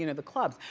you know the clubs.